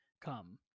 come